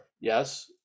yes